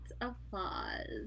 applause